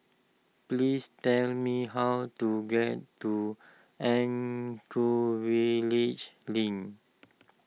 please tell me how to get to Link